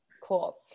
Cool